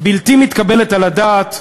בלתי מתקבלת על הדעת,